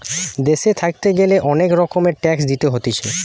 দেশে থাকতে গ্যালে অনেক রকমের ট্যাক্স দিতে হতিছে